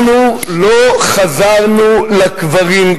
אנחנו לא חזרנו לקברים,